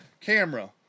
camera